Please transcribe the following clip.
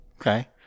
Okay